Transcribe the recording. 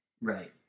Right